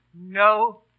No